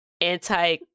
anti